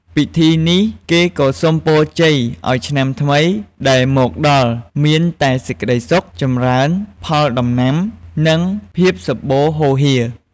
ពិធីនេះ គេក៏សុំពរជ័យឲ្យឆ្នាំថ្មីដែលមកដល់មានតែសេចក្តីសុខ ចម្រើនផលដំណាំ និងភាពសម្បូរហូរហៀរ។